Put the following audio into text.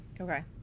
Okay